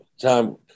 time